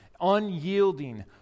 unyielding